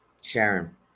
Sharon